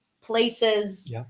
places